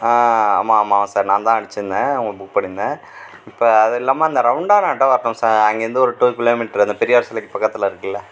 ஆ ஆமாம் ஆமாம் சார் நான்தான் அடித்திருந்தேன் உங்கள புக் பண்ணியிருந்தேன் இப்போ அது இல்லாமல் அந்த ரவுண்டானா கிட்டே வரணும் சார் அங்கேயிருந்து ஒரு டூ கிலோமீட்ரு அந்த பெரியார் சிலைக்கு பக்கத்தில் இருக்குல்ல